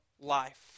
life